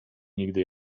nigdy